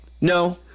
No